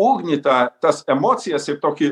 ugnį tą tas emocijas ir tokį